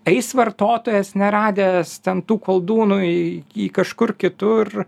eis vartotojas neradęs ten tų koldūnų į į kažkur kitur